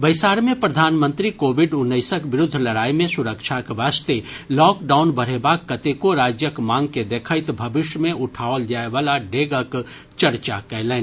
बैसार मे प्रधानमंत्री कोविड उन्नैसक विरूद्ध लड़ाई मे सुरक्षाक वास्ते लॉकडाउन बढ़ेबाक कतेको राज्यक मांग के देखैत भविष्य मे उठाओल जाय वला डेगक चर्चा कयलनि